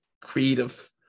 creative